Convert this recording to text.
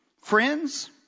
Friends